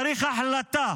צריך החלטה.